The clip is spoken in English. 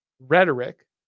rhetoric